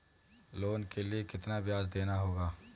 Loan के लिए कितना ब्याज देना होगा?